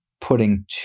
putting